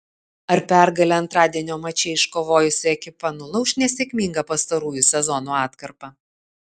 ar pergalę antradienio mače iškovojusi ekipa nulauš nesėkmingą pastarųjų sezonų atkarpą